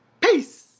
Peace